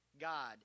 God